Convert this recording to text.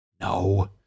No